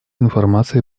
информацией